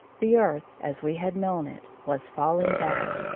the earth, as we had known it, was falling back.